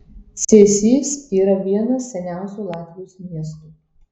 cėsys yra vienas seniausių latvijos miestų